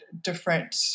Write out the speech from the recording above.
different